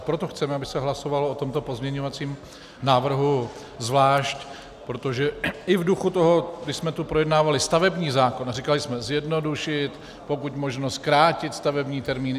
Proto chceme, aby se hlasovalo o tomto pozměňovacím návrhu zvlášť, protože i v duchu toho, kdy jsme tu projednávali stavební zákon a říkali jsme zjednodušit, pokud možno zkrátit stavební termíny atd.